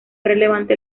relevante